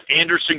Anderson